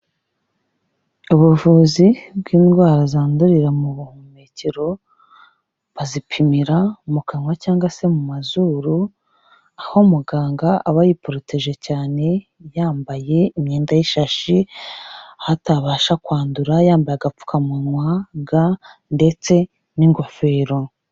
Ubuvuzi bw'indwara zandurira mu buhumekero, bazipimira mu kanwa cyangwa se mu mazuru, aho muganga aba yiporoteje cyane, yambaye imyenda y'ishashi, aho atabasha kwandura, yambaye agapfukamunwa, ga ndetse n'ingofero.